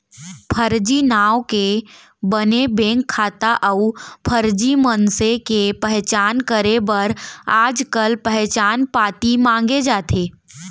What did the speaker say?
फरजी नांव के बने बेंक खाता अउ फरजी मनसे के पहचान करे बर आजकाल पहचान पाती मांगे जाथे